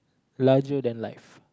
larger than life